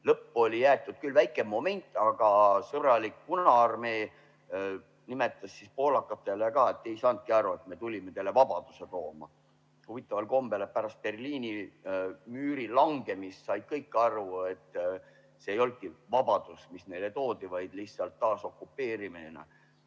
lõppu oli jäetud küll väike moment, aga sõbralik Punaarmee nimetas siis poolakatele ka: te ei saanudki aru, et me tulime teile vabadust tooma. Huvitaval kombel pärast Berliini müüri langemist said kõik aru, et see ei olnudki vabadus, mis neile toodi, vaid lihtsalt taasokupeerimine.